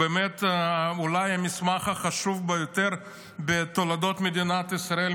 אולי באמת המסמך החשוב ביותר בתולדות מדינת ישראל,